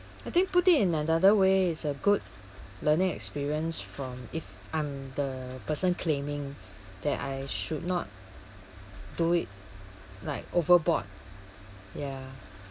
I think put it in another way it's a good learning experience from if I'm the person claiming that I should not do it like overboard ya